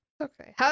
Okay